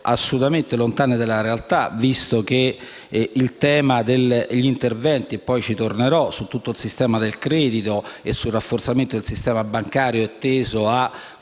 assolutamente lontane dalla realtà, visto che il tema degli interventi sull'intero sistema del credito e sul rafforzamento del sistema bancario è teso a